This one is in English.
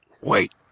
Wait